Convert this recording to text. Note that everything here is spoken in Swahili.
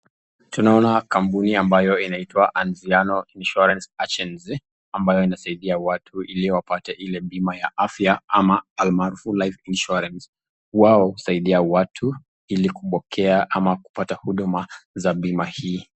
Tunaona kampuni ambayo inaitwa Anziano Insurance Agents ambayo inasaidia watu ili wapate ile bima ya afya ama almarufu life insurance. Wao kusaidia watu ili kupokea ama kupata huduma za bima hii.